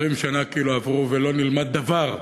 20 שנה עברו וכאילו לא נלמד דבר.